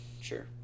Sure